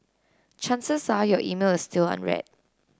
chances are your email is still unread